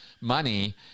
money